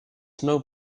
snow